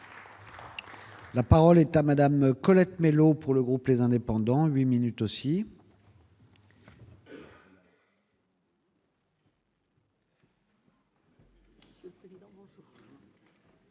La parole est à madame Colette Mélot pour le groupe, les indépendants 8 minutes aussi.